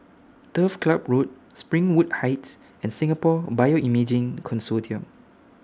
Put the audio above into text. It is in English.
Turf Club Road Springwood Heights and Singapore Bioimaging Consortium